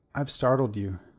i've startled you,